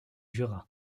jura